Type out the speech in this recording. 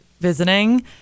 visiting